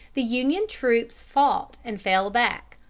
the union troops fought and fell back,